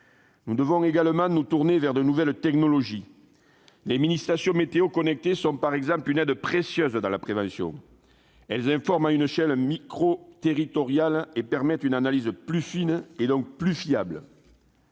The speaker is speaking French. Nous devons également nous tourner vers les nouvelles technologies. Les mini-stations météo connectées sont, par exemple, une aide précieuse dans la prévention. Elles informent à une échelle microterritoriale, et permettent une analyse plus fine et donc plus fiable.